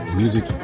music